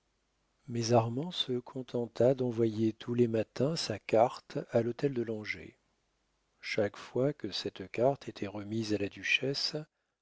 mais armand se contenta d'envoyer tous les matins sa carte à l'hôtel de langeais chaque fois que cette carte était remise à la duchesse